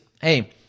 hey